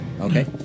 Okay